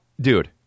Dude